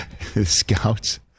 Scouts